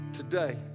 today